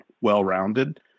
well-rounded